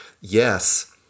yes